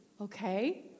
Okay